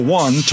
one